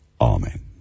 Amen